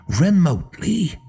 remotely